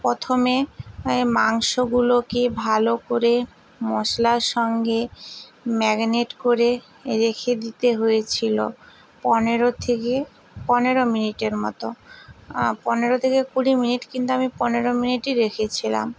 প্রথমে মাংসগুলোকে ভালো করে মশলার সঙ্গে ম্যারিনেট করে রেখে দিতে হয়েছিল পনেরো থেকে পনেরো মিনিটের মতো পনেরো থেকে কুড়ি মিনিট কিন্তু আমি পনেরো মিনিটিই রেখেছিলাম